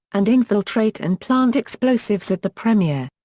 and infiltrate and plant explosives at the premiere.